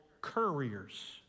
couriers